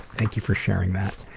thank you for sharing that.